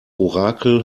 orakel